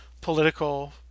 political